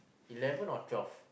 eleven or twelve